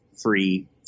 free